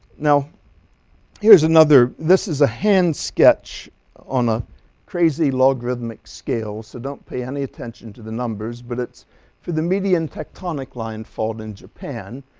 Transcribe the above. now here's another. this is a hand sketch on a crazy logarithmic scale so don't pay any attention to the numbers, but it's for the median tectonic line fault in japan.